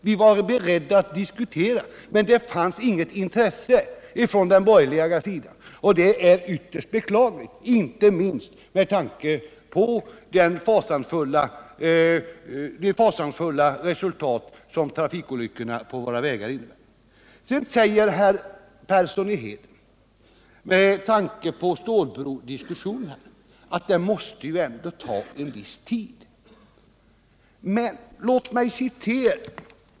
Vi var beredda att diskutera, men det fanns inget intresse från den borgerliga sidan. Det är ytterst beklagligt, inte minst med tanke på de fasansfulla resultat som trafikolyckorna på våra vägar ger. Sedan säger Arne Persson som ett inlägg i stålbrodiskussionen att det måste ta en viss tid att komma i gång.